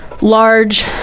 large